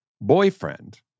boyfriend